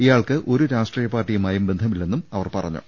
ഇയാൾക്ക് ഒരു രാഷ്ട്രീയ പാർട്ടിയുമായും ബന്ധമില്ലെന്നും അവർ പറഞ്ഞു